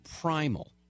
primal